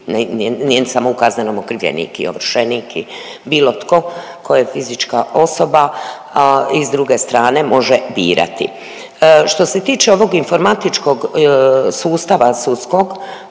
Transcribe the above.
… samo u kaznenom okrivljenik i ovršenik i bilo tko ko je fizička osoba, a i s druge strane može birati. Što se tiče ovog informatičkog sustava sudskog,